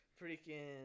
Freaking